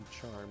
charm